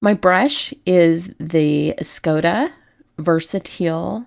my brush is the escoda versatil